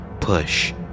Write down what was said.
push